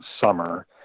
summer